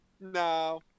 no